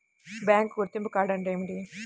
Bank గుర్తింపు card అంటే ఏమిటి?